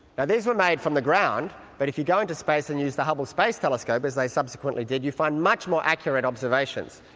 these were made from the ground, but if you go into space and use the hubble space telescope, as they subsequently did, you find much more accurate observations.